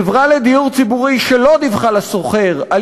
חברה לדיור ציבורי שלא דיווחה לשוכר על